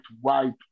white